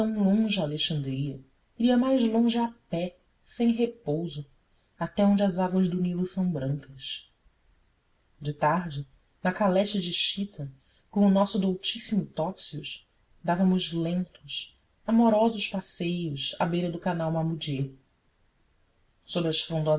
longe a alexandria iria mais longe a pé sem repouso até onde as águas do nilo são brancas de tarde na caleche de chita com o nosso doutíssimo topsius dávamos lentos amorosos passeios à beira do canal mamudiê sob as